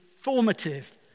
formative